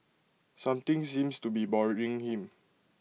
something seems to be bothering him